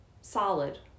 solid